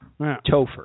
Topher